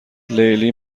لیلی